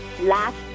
last